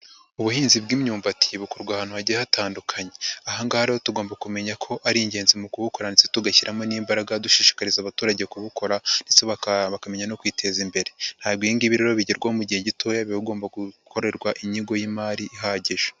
Ubuhinzi bw'imyumbati bukorwa ahantu hagiye hatandukanye. Aha hanga rero tugomba kumenya ko ari ingenzi mu kubukora ndetse tugashyiramo n'imbaraga dushishikariza abaturage kubukora ndetse bakamenya no kwiteza imbere. Ntabwo ibingibi rero bigerwaho mu gihe gitoya biba bigomba gukorerwa inyigo y'imari ihagije.